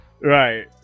Right